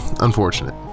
Unfortunate